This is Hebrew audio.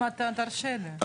אם אתה תרשה לי.